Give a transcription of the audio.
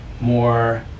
more